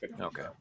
Okay